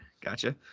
Gotcha